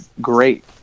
great